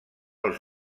els